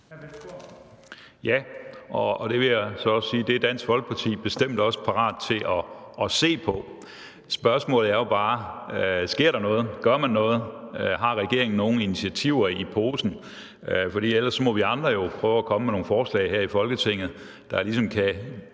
(DF): Det vil jeg så også sige at Dansk Folkeparti bestemt også er parate til at se på. Spørgsmålet er jo bare: Sker der noget? Gør man noget? Har regeringen nogen intentioner i posen? For ellers må vi andre jo prøve at komme med nogle forslag her i Folketinget, der ligesom kan